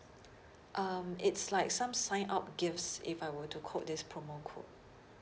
um it's like some sign up gifts if I were to quote this promo code